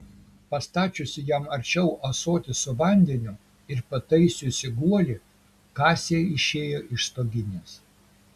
pastačiusi jam arčiau ąsotį su vandeniu ir pataisiusi guolį kasė išėjo iš stoginės